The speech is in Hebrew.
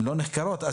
לא נחקרות.